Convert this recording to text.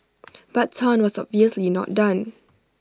but Tan was obviously not done